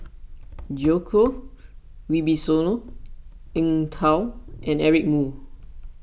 Djoko Wibisono Eng Tow and Eric Moo